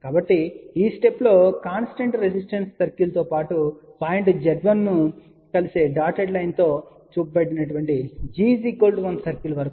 కాబట్టి ఈ స్టెప్ లో కాన్స్టెంట్ రెసిస్టెన్స్ సర్కిల్తో పాటు పాయింట్ z1 ను కలిసే డాటెడ్ లైన్ తో చూపబడిన g 1 సర్కిల్ వరకు కదులుతారు